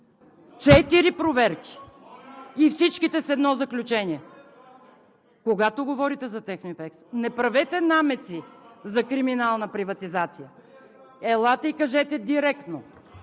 Четири проверки и всичките с едно заключение. (Реплики от ГЕРБ.) Когато говорите за „Техноимпекс“, не правете намеци за криминална приватизация. Елате и кажете директно: